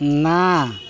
ନା